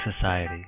Society